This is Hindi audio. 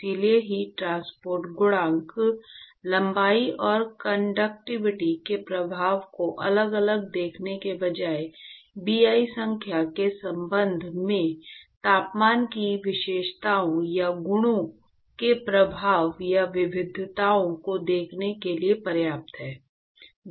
इसलिए हीट ट्रांसपोर्ट गुणांक लंबाई और कंडक्टिविटी के प्रभाव को अलग अलग देखने के बजाय Bi संख्या के संबंध में तापमान की विशेषताओं या गुणों के प्रभाव या विविधताओं को देखने के लिए पर्याप्त है